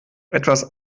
etwas